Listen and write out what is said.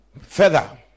further